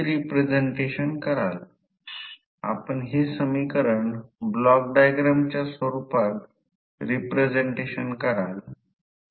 आता प्रश्न असा आहे की ही एक कॉइल आहे जर ही कॉइल असेल तर ही कॉइल अशी गुंडाळा आणि याप्रमाणे कॉइल पकडा आणि हा करंट येथे येत आहे आणि शेवटी करंट येथून बाहेर जात आहे